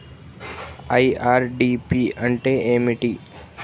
IRDP అంటే ఏమిటి?